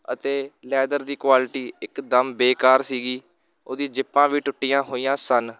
ਅਤੇ ਲੈਦਰ ਦੀ ਕੁਆਲਿਟੀ ਇਕਦਮ ਬੇਕਾਰ ਸੀਗੀ ਉਹਦੀ ਜਿੱਪਾਂ ਵੀ ਟੁੱਟੀਆਂ ਹੋਈਆਂ ਸਨ